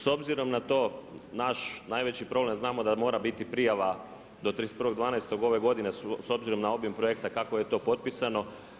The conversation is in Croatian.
S obzirom na to, naš najveći problem, znamo da mora biti prijava do 31.12. ove godine s obzirom na obim projekta kako je to potpisano.